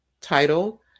title